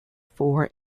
for